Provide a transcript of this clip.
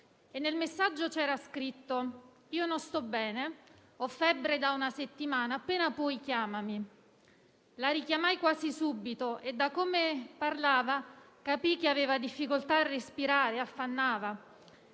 Nel messaggio c'era scritto: «Io non sto bene, ho febbre da una settimana. Appena puoi, chiamami». La richiamai quasi subito e, da come parlava, capii che aveva difficoltà a respirare, affannava.